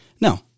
No